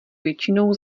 většinou